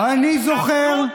העיקר אתה מדבר על אחדות.